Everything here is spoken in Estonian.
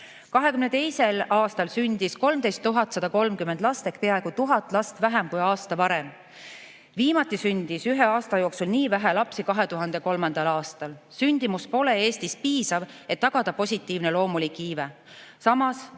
2022 sündis 13 130 last ehk peaaegu 1000 last vähem kui aasta varem. Viimati sündis ühe aasta jooksul nii vähe lapsi 2003. aastal. Sündimus pole Eestis piisav, et tagada positiivne loomulik iive. Samas, Eesti